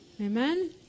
Amen